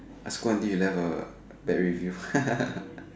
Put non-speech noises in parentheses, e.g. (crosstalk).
I scold until he left a bad review (laughs)